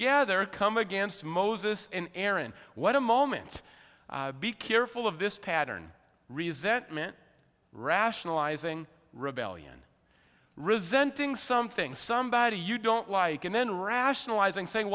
gather come against moses and aaron what a moment be careful of this pattern resentment rationalizing rebellion resenting something somebody you don't like and then rationalizing saying